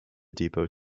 depot